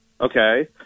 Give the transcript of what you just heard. okay